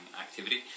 activity